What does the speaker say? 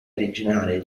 originale